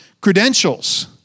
credentials